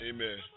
Amen